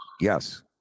Yes